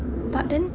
but then